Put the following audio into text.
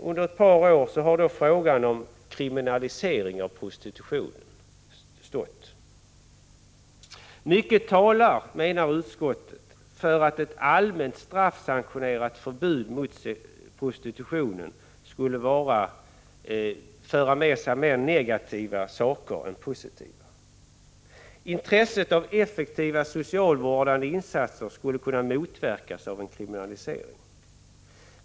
Under ett par år har frågan om kriminalisering av prostitutionen stått i centrum för debatten. Utskottet menar att mycket talar för att ett allmänt straffsanktionerat förbud mot prostitutionen skulle föra med sig fler negativa effekter än positiva. Intresset för effektiva socialvårdande insatser skulle kunna motverkas av en kriminalisering.